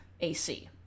AC